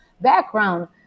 background